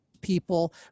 people